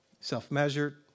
Self-measured